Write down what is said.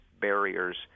barriers